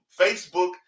Facebook